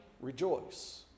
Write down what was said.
Rejoice